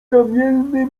kamienny